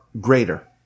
greater